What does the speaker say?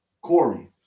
Corey